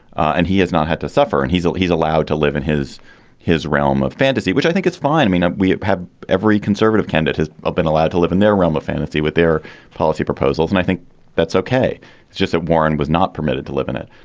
and he has not had to suffer. and he's not he's allowed to live in his his realm of fantasy, which i think it's fine. i mean, we have every conservative candidate has ah been allowed to live in their realm of fantasy with their policy proposals. and i think that's ok. it's just that warren was not permitted to live in it.